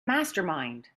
mastermind